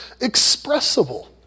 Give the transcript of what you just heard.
expressible